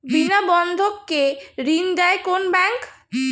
বিনা বন্ধক কে ঋণ দেয় কোন ব্যাংক?